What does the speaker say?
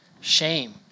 Shame